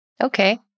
Okay